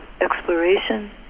exploration